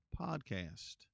podcast